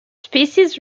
species